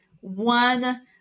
one